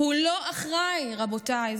הוא לא אחראי, רבותיי.